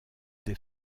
des